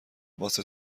واسه